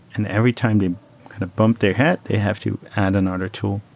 and every time they kind of bump their head, they have to add another tool.